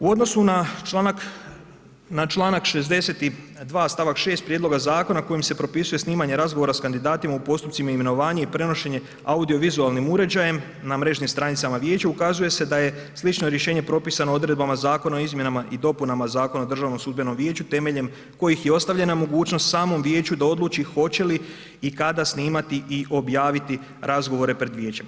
U odnosu na članak 62. stavak 6. prijedloga zakona kojim se propisuje snimanje razgovora sa kandidatima u postupcima imenovanje i prenošenje audiovizualnim uređajem na mrežnim stranicama vijeća ukazuje se da je slično rješenje propisano odredbama Zakona o izmjenama i dopunama Zakona o DSV-u temeljem kojih je ostavljena mogućnost samom vijeću da odluči hoće li i kada snimati i objaviti razgovore pred vijećem.